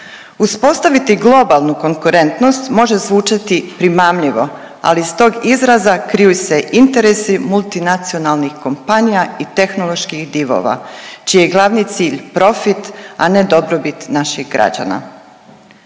Uspostaviti globalnu konkurentnost može zvučati primamljivo ali iz tog izraza kriju se interesi multinacionalnih kompanije i tehnoloških divova, čiji je glavni cilj profit, a ne dobrobit naših građana.